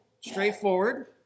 straightforward